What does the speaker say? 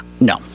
No